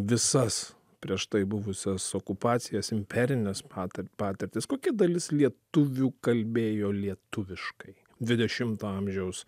visas prieš tai buvusias okupacijas imperines patir patirtis kokia dalis lietuvių kalbėjo lietuviškai dvidešimto amžiaus